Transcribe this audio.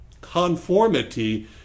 Conformity